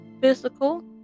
physical